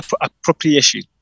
appropriation